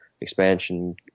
expansion